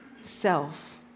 self